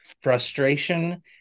frustration